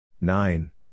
nine